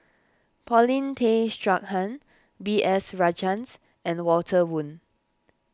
Paulin Tay Straughan B S Rajhans and Walter Woon